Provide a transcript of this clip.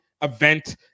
event